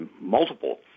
multiple